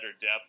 depth